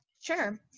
Sure